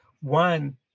One